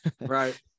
right